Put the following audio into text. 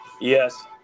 Yes